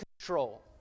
control